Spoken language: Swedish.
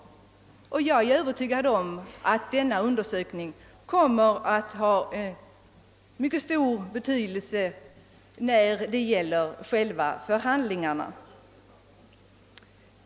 Jag är övertygad om att denna undersökning kommer att få mycket stor betydelse när det gäller själva förhandlingarna.